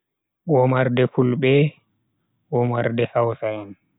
Womarde fulbe, womarbe hausa en.